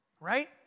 Right